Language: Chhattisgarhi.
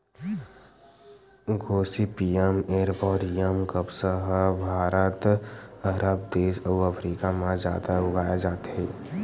गोसिपीयम एरबॉरियम कपसा ह भारत, अरब देस अउ अफ्रीका म जादा उगाए जाथे